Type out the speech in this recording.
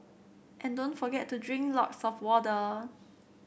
and don't forget to drink lots of water